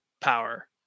power